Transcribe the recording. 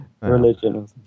Religion